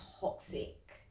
toxic